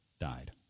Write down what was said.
died